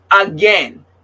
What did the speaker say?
Again